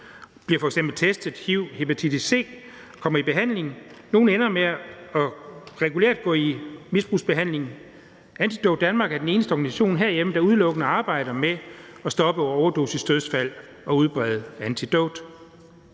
bliver f.eks. testet for hiv og hepatitis C og kommer i behandling, og nogle ender med regulært at gå i misbrugsbehandling. Antidote Danmark er den eneste organisation herhjemme, der udelukkende arbejder med at stoppe overdosisdødsfald og udbrede antidot.